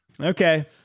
okay